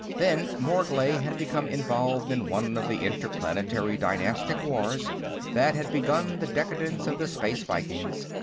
then morglay had become involved in one of the interplanetary dynastic wars that had begun the decadence of the space vikings,